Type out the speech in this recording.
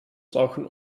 brauchen